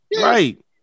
Right